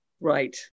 Right